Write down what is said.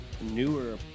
newer